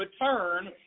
return